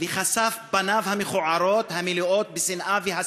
פניו המכוערות המלאות בשנאה והסתה.